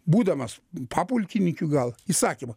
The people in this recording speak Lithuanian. būdamas papulkininkiu gal įsakymą